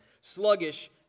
Sluggish